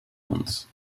islands